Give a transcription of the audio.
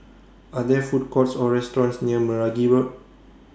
Are There Food Courts Or restaurants near Meragi Road